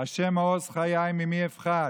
"ה' מעוז חיי ממי אפחד.